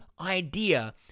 idea